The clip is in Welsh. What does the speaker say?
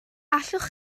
allwch